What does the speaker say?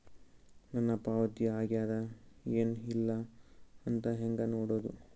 ನನ್ನ ಪಾವತಿ ಆಗ್ಯಾದ ಏನ್ ಇಲ್ಲ ಅಂತ ಹೆಂಗ ನೋಡುದು?